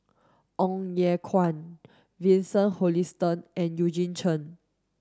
Ong Ye Kung Vincent Hoisington and Eugene Chen